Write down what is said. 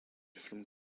from